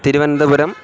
Thiruvananthapuram